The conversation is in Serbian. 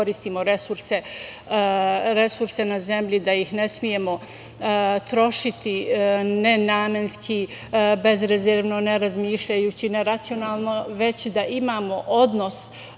i koristimo resurse na zemlji da ih ne smemo trošiti nenamenski, bezrezervno, ne razmišljajući, neracionalno, već da imamo